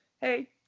hey